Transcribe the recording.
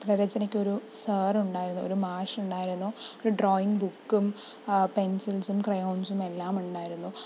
ചിത്രരചനക്ക് ഒരു സാർ ഉണ്ടായിരുന്നു ഒരു മാഷ് ഉണ്ടായിരുന്നു ഒരു ഡ്രോയിങ്ങ് ബുക്കും പെൻസിൽസും ക്രയോൺസും എല്ലാം ഉണ്ടായിരുന്നു